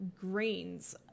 grains